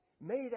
made